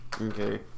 Okay